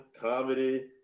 comedy